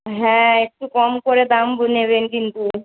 হ্যাঁ একটু কম করে দাম বো নেবেন কিন্তু